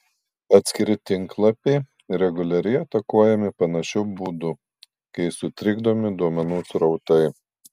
atskiri tinklapiai reguliariai atakuojami panašiu būdu kai sutrikdomi duomenų srautai